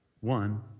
one